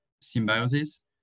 symbiosis